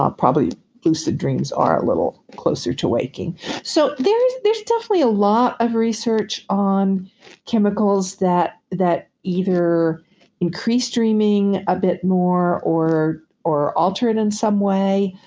ah probably lucid dreams are a little closer to waking so there's there's definitely a lot of research on chemicals that that either increased dreaming a bit more or or altered in some way.